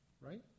right